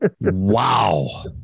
Wow